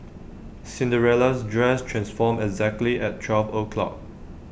Cinderella's dress transformed exactly at twelve o'clock